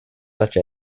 such